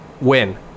win